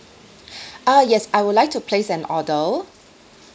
uh yes I would like to place an order